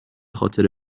خاطر